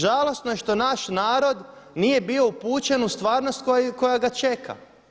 Žalosno je što naš narod nije bio upućen u stvarnost koja ga čeka.